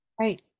Right